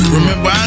Remember